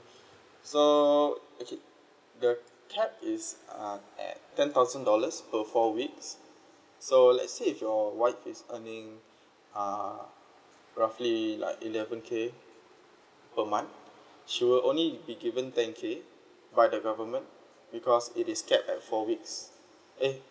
so okay the capped is uh at ten thousand dollars per four weeks so let's say if your wife is her earning uh roughly like eleven K per month she will only be given ten K by the government because it is capped at four weeks eh